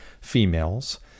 females